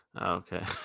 Okay